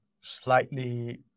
slightly